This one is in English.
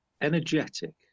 energetic